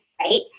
right